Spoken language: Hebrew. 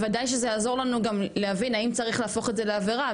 בוודאי שזה יעזור לנו גם להבין האם צריך להפוך את זה לעבירה.